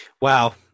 wow